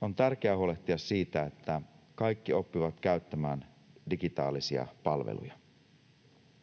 On tärkeää huolehtia siitä, että kaikki oppivat käyttämään digitaalisia palveluja.